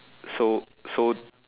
so so